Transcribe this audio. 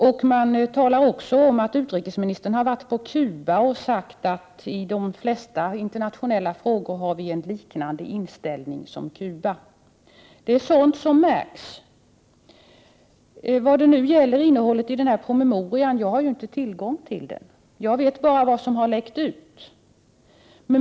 I artikeln berättas också att utrikesministern har varit på Cuba och sagt att vi i Sverige har en liknande inställning som Cuba i de flesta internationella frågor. Det är sådant som märks. Jag har inte tillgång till den nämnda promemorian utan vet bara vad som har läckt ut.